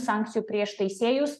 sankcijų prieš teisėjus